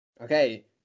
Okay